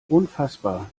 unfassbar